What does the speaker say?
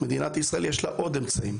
מדינת ישראל יש לה עוד אמצעים.